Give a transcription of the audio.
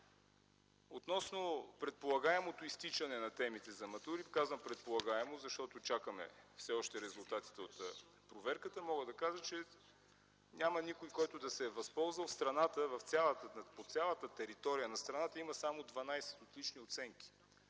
Относно предполагаемото изтичане на темите за матура, казвам „предполагаемо”, защото все още чакаме резултатите от проверката, мога да кажа, че няма никой, който да се е възползвал. По цялата територия на страната има само 12 отлични оценки,